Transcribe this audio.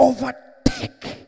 Overtake